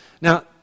Now